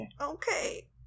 Okay